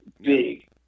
Big